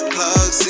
Plug